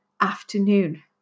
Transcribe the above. afternoon